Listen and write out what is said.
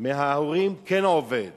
מההורים כן עובד